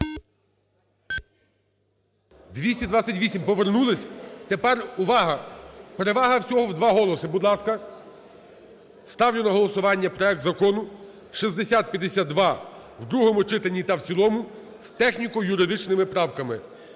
За-228 Повернулись. Тепер, увага! Перевага всього в два голоси. Будь ласка, ставлю на голосування проект Закону 6052 в другому читанні та в цілому з техніко-юридичними правками.